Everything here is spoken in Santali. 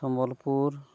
ᱥᱚᱢᱵᱚᱞᱯᱩᱨ